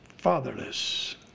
fatherless